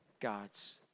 God's